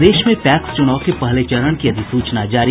प्रदेश में पैक्स चूनाव के पहले चरण की अधिसूचना जारी